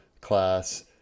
class